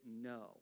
no